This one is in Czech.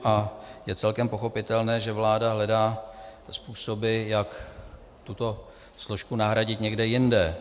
A je celkem pochopitelné, že vláda hledá způsoby, jak tuto složku nahradit někde jinde.